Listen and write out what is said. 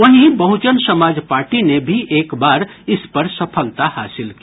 वहीं बहजन समाज पार्टी ने भी एक बार इस पर सफलता हासिल की